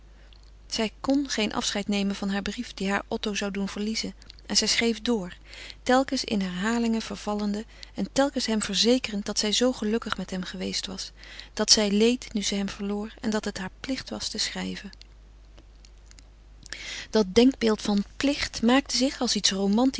zij kon geen afscheid nemen van haar brief die haar otto zou doen verliezen en zij schreef door telkens in herhalingen vervallende en telkens hem verzekerend dat zij zoo gelukkig met hem geweest was dat zij leed nu zij hem verloor en dat het haar plicht was te schrijven dat denkbeeld van plicht maakte zich als iets